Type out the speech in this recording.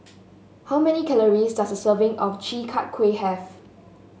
how many calories does a serving of Chi Kak Kuih have